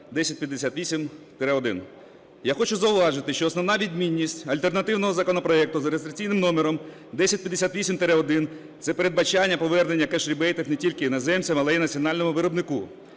Я хочу зауважити, що основа відмінність альтернативного законопроекту за реєстраційним номером 1058-1 – це передбачення повернення кеш-рібейтів не тільки іноземцям, але і національному виробнику,